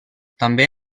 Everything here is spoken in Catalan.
també